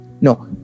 No